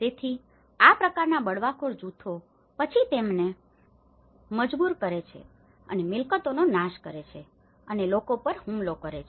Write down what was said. તેથી આ પ્રકારના બળવાખોર જૂથો પછી તેમને મજબૂર કરે છે અને મિલકતોનો નાશ કરે છે અને લોકો પર હુમલો કરે છે